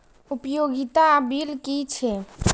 उपयोगिता बिल कि छै?